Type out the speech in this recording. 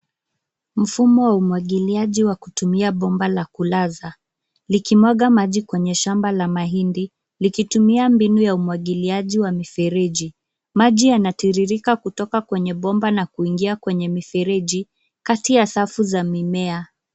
Mfumo wa umwagiliaji wa kutumia bomba la kulaza, likimwaga maji kwenye shamba la mahindi, likitumia mbinu ya umwagiliaji wa mifereji. Maji yanatiririka kutoka kwenye bomba na kuingia kwenye mifereji, kati ya safu za mimea.